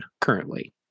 currently